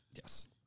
Yes